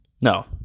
No